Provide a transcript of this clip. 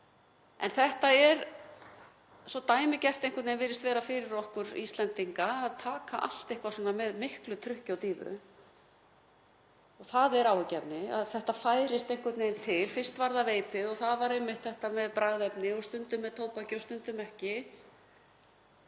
En þetta er svo dæmigert virðist vera fyrir okkur Íslendinga að taka allt svona með miklu trukki og dýfu. Það er áhyggjuefni að þetta færist einhvern veginn til, fyrst var það veipið, og það var einmitt þetta með bragðefnin og stundum með tóbaki og stundum ekki,